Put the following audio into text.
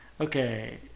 Okay